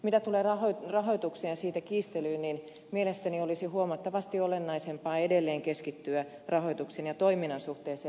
mitä tulee rahoitukseen ja siitä kiistelyyn niin mielestäni olisi huomattavasti olennaisempaa edelleen keskittyä rahoituksen ja toiminnan suhteeseen